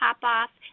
Popoff